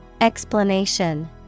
Explanation